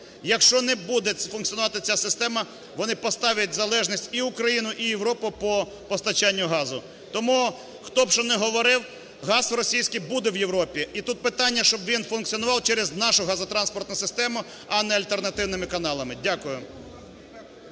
Якщо не буде функціонувати ця система, вони поставлять в залежність і Україну і Європу по постачанню газу. Тому, хто б, щоб не говорив, газ російський буде в Європі. І тут питання, щоб він функціонував через нашу газотранспортну систему, а не альтернативними каналами. Дякую.